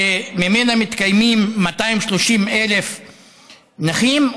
שממנה מתקיימים 230,000 נכים,